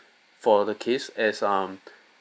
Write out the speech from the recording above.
for the case as um